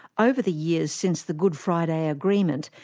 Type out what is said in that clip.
over the years since the good friday agreement,